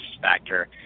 factor